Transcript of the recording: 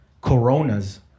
coronas